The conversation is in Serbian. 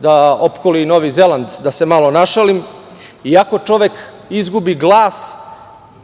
da opkoli i Novi Zeland, da se malo našalim, iako čovek izgubi glas